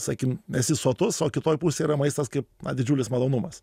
sakykim esi sotus o kitoj pusėj yra maistas kaip na didžiulis malonumas